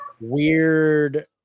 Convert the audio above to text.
weird